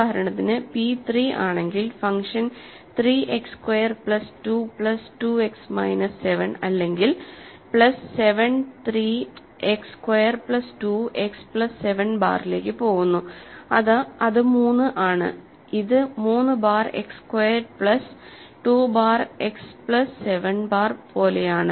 ഉദാഹരണത്തിന് p 3 ആണെങ്കിൽ function 3 X square plus 2 plus 2 x minus 7 അല്ലെങ്കിൽ plus 7 3 x square plus 2 x plus 7 ബാറിലേക്ക് പോകുന്നു അത് 3 ആണ്ഇത് 3 bar x squared plus 2 bar x plus 7 bar പോലെയാണ്